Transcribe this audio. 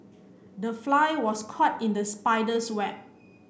the fly was caught in the spider's web